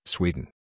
Sweden